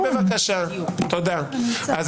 בוודאי ביחס